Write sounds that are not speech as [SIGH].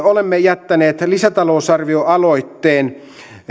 [UNINTELLIGIBLE] olemme jättäneet lisätalousarvioaloitteen